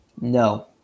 No